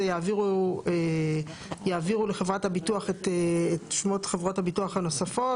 יעבירו לחברת הביטוח את שמות חברות הביטוח הנוספות,